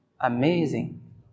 Amazing